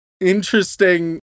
interesting